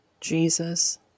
Jesus